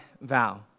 vow